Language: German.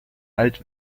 alt